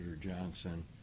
Johnson